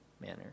manner